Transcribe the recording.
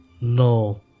No